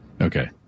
Okay